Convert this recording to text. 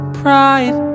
pride